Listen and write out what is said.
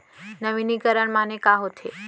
नवीनीकरण माने का होथे?